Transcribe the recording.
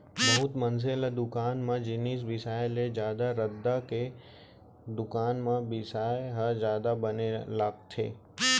बहुत मनसे ल दुकान म जिनिस बिसाय ले जादा रद्दा के दुकान म बिसाय ह जादा बने लागथे